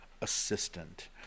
assistant